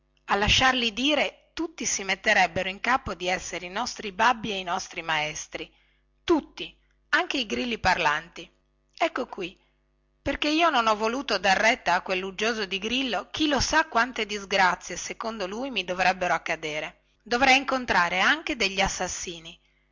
a lasciarli dire tutti si metterebbero in capo di essere i nostri babbi e i nostri maestri tutti anche i grilli parlanti ecco qui perché io non ho voluto dar retta a quelluggioso di grillo chi lo sa quante disgrazie secondo lui mi dovrebbero accadere dovrei incontrare anche gli assassini